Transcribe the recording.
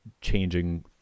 changing